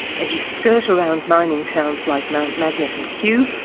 and you skirt around mining towns like mount magnet and cue,